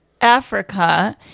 Africa